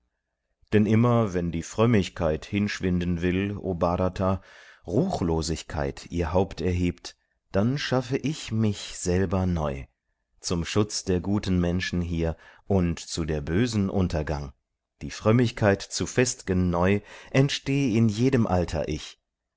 denn immer wenn die frömmigkeit hinschwinden will o bhrata ruchlosigkeit ihr haupt erhebt dann schaffe ich mich selber neu zum schutz der guten menschen hier und zu der bösen untergang die frömmigkeit zu fest'gen neu entsteh in jedem alter ich